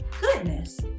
goodness